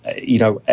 you know,